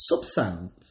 subsounds